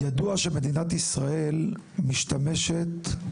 ידוע שמדינת ישראל משתמשת,